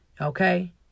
Okay